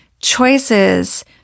choices